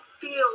feel